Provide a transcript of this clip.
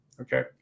Okay